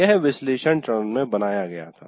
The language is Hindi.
यह विश्लेषण चरण में बनाया गया था